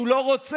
שהוא לא רוצה,